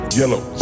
yellow